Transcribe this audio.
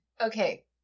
okay